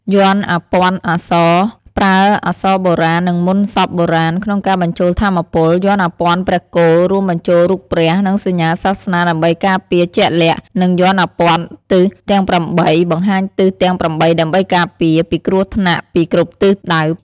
យ័ន្តអាព័ទ្ធអក្សរ ប្រើអក្សរបុរាណ និងមន្តសព្ទបុរាណក្នុងការបញ្ចូលថាមពល យ័ន្តអាព័ទ្ធព្រះគោល រួមបញ្ចូលរូបព្រះ និងសញ្ញាសាសនាដើម្បីការពារជាក់លាក់ និងយ័ន្តអាព័ទ្ធទិសទាំង ៨ បង្ហាញទិសទាំង ៨ ដើម្បីការពារ ពីគ្រោះថ្នាក់ពីគ្រប់ទិសដៅ។